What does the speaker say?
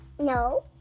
No